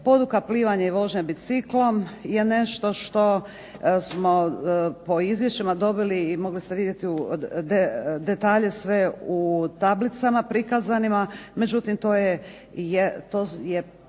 Poduka plivanja i vožnja biciklom je nešto što smo po izvješćima dobili i moglo se vidjeti detalje sve u tablicama prikazanima. Međutim, to je